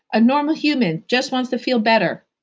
a normal human. just wants to feel better.